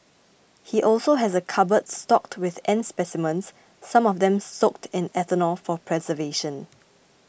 he also has a cupboard stocked with ant specimens some of them soaked in ethanol for preservation